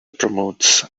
promotes